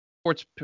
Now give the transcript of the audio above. sports